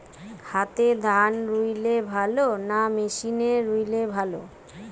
হাতে ধান রুইলে ভালো না মেশিনে রুইলে ভালো?